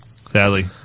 sadly